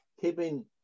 keeping